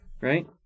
right